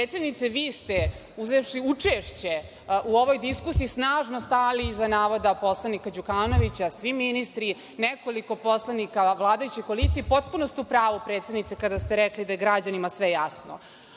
Predsednice, vi ste, uzevši učešće u ovoj diskusiji, snažno stali iza navoda poslanika Đukanovića, svi ministri, nekoliko poslanika vladajuće koalicije i potpuno ste u pravu, predsednice, kada ste rekli da je građanima sve jasno,